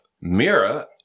Mira